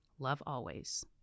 lovealways